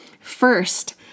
First